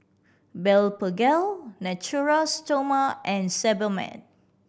Blephagel Natura Stoma and Sebamed